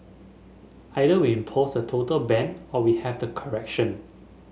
either we impose a total ban or we have the correction